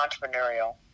entrepreneurial